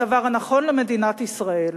הדבר הנכון למדינת ישראל.